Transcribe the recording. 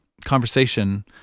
conversation